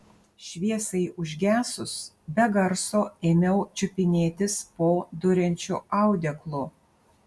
šviesai užgesus be garso ėmiau čiupinėtis po duriančiu audeklu